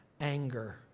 anger